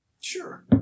Sure